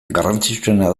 garrantzitsuena